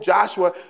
Joshua